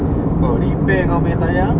kau repair kau punya tayar